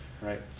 right